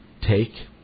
take